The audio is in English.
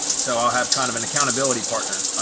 so i'll have kind of an accountability partner.